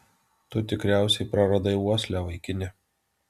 tu tikriausiai praradai uoslę vaikine